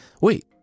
Wait